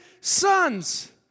sons